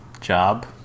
job